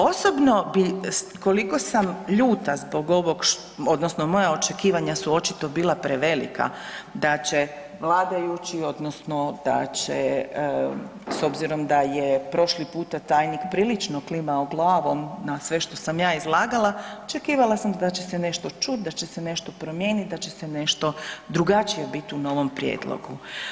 Osobno bih koliko sam ljuta zbog ovog odnosno moja očekivanja su očito bila prevelika da će vladajući odnosno da će s obzirom da je prošli puta tajnik prilično klimao glavom na sve što sam ja izlagala, očekivala sam da će se nešto čuti, da će se nešto promijeniti, da će nešto drugačije biti u novom prijedlogu.